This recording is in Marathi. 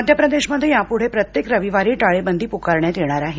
मध्यप्रदेशमध्ये यापुढे प्रत्येक रविवारी टाळेबंदी पुकारण्यात येणार आहे